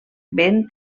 ben